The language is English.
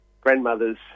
grandmother's